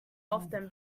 often